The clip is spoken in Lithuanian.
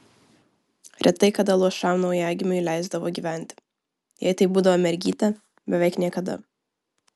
retai kada luošam naujagimiui leisdavo gyventi jei tai būdavo mergytė beveik niekada